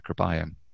microbiome